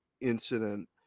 incident